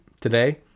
today